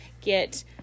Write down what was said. get